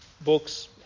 books